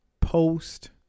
post